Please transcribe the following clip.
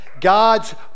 God's